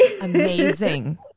Amazing